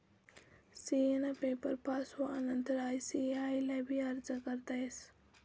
CA ना paper pass होवानंतर ICAI ले भी अर्ज करता येस